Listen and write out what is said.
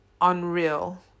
Unreal